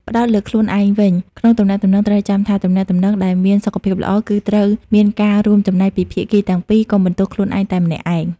ផ្តោតលើខ្លួនឯងវិញ ក្នុងទំនាក់ទំនង ត្រូវចាំថា ទំនាក់ទំនងដែលមានសុខភាពល្អ គឺត្រូវមានការរួមចំណែកពីភាគីទាំងពីរ។ កុំបន្ទោសខ្លួនឯងតែម្នាក់ឯង។